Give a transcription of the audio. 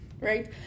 right